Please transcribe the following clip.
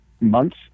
months